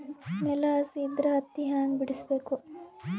ನೆಲ ಹಸಿ ಇದ್ರ ಹತ್ತಿ ಹ್ಯಾಂಗ ಬಿಡಿಸಬೇಕು?